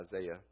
Isaiah